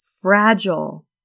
fragile